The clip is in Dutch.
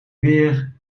weer